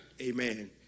Amen